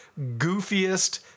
goofiest